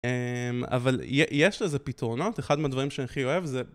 אבל יש לזה פתרונות, אחד מהדברים שאני הכי אוהב זה...